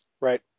Right